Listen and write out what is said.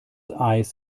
eis